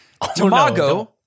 Tamago